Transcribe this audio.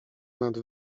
nad